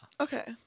Okay